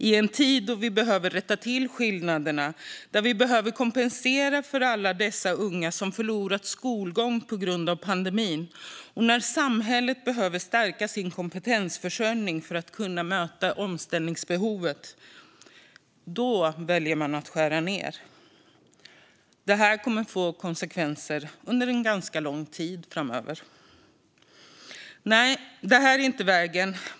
I en tid då vi behöver rätta till skillnaderna och kompensera alla unga som har förlorat skolgång på grund av pandemin och när samhället behöver stärka sin kompetensförsörjning för att kunna möta omställningsbehovet väljer man att skära ned. Det kommer att få konsekvenser under en ganska lång tid framöver. Nej, detta är inte vägen.